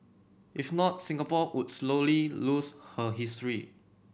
if not Singapore would slowly lose her history